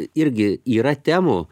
irgi yra temų